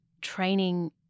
training